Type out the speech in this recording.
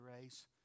race